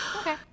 Okay